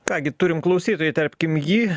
ką gi turim klausytoją įterpkim jį